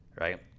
Right